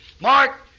Mark